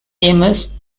amis